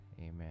amen